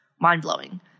mind-blowing